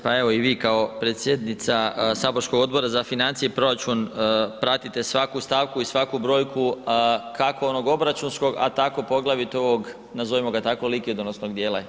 Pa evo i vi kao predsjednica saborskog Odbora za financije i proračun pratite svaku stavku i svaku brojku kako onog obračunskog, a tako poglavito ovog nazovimo ga tako likvidnosnog dijela.